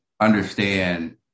understand